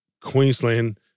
Queensland